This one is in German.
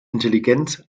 intelligenz